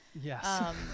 Yes